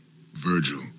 Virgil